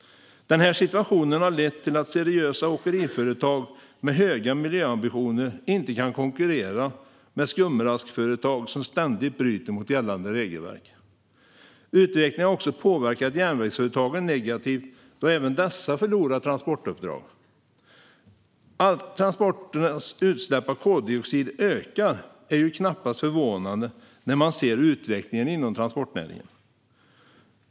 Den här situationen har lett till att seriösa åkeriföretag med höga miljöambitioner inte kan konkurrera med skumraskföretag som ständigt bryter mot gällande regelverk. Utvecklingen har också påverkat järnvägsföretagen negativt, då även dessa förlorar transportuppdrag. Att transporternas utsläpp av koldioxid ökar är knappast förvånande när man ser utvecklingen inom transportnäringen.